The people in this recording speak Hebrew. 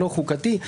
הלא חוקתי,